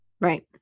Right